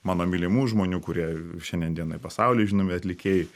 mano mylimų žmonių kurie šiandien dienai pasauly žinomi atlikėjai